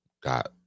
got